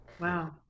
Wow